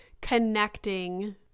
connecting